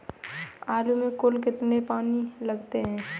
आलू में कुल कितने पानी लगते हैं?